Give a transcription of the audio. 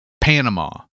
Panama